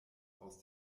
aus